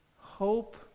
hope